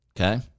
Okay